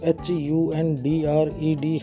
HUNDRED